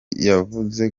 yavuze